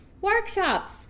Workshops